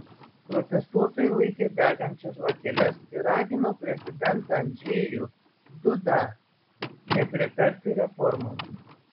protestuotojai laikė degančias žvakeles ir ragino prezidentą andžejų dudą nepritarti reformoms